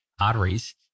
arteries